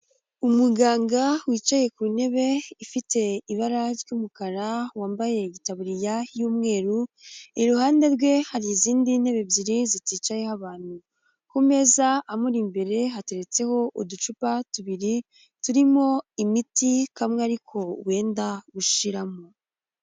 Umuganga wicaye ku ntebe ifite ibara ry'umukara wambaye igitabuririya y'umweru, iruhande rwe hari izindi ntebe ebyiri zitiyicayeho abantu, ku meza amuri imbere hateretseho uducupa tubiri turimo imiti kamwe ariko wenda gushiramo.